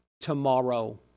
Tomorrow